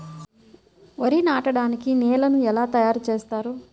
వరి నాటడానికి నేలను ఎలా తయారు చేస్తారు?